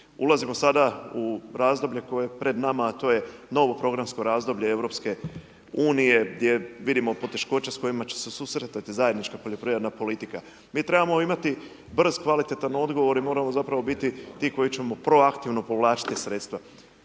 Ulazimo sada u razdoblje koje je pred nama a to je novo programsko razdoblje EU-a gdje vidimo poteškoće s kojima će se susretati zajednička poljoprivredna politika. Mi trebamo imati brz, kvalitetan odgovor i moramo zapravo biti ti koji ćemo proaktivno povlačiti sredstva.